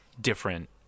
different